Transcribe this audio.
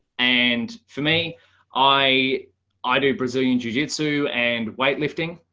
and for me i i do brazilian jujitsu and we ghtlifting.